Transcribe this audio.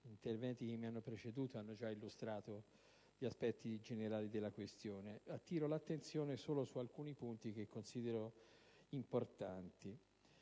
alcuni interventi che mi hanno preceduto hanno già illustrato gli aspetti complessivi della questione, ma attiro l'attenzione solo su alcuni punti che considero importanti.